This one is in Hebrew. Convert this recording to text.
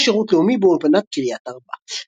עשתה שירות לאומי באולפנת קריית ארבע.